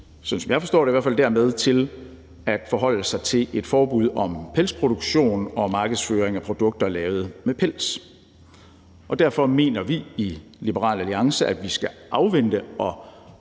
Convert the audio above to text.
jeg forstår det i hvert fald – dermed til at forholde sig til et forbud om pelsproduktion og markedsføring af produkter lavet med pels. Derfor mener vi i Liberal Alliance, at vi skal afvente at